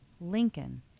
Lincoln